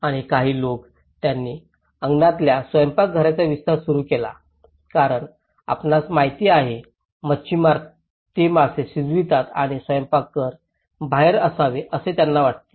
आणि काही लोक त्यांनी अंगणातल्या स्वयंपाकघरांचा विस्तार सुरू केला कारण आपणास माहिती आहे मच्छीमार ते मासे शिजवतात आणि स्वयंपाकघर बाहेर असावे असे त्यांना वाटते